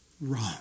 wrong